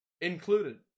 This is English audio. Included